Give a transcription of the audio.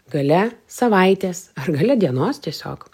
gale savaitės ar gale dienos tiesiog